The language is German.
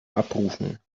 abrufen